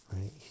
right